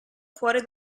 fuori